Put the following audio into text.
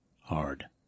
hard